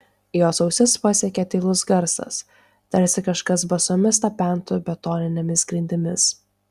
jos ausis pasiekė tylus garsas tarsi kažkas basomis tapentų betoninėmis grindimis